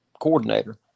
coordinator